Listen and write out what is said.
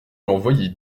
envoyer